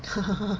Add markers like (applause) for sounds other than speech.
(laughs)